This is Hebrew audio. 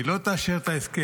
אם היא לא תאשר את ההסכם,